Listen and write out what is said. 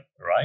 right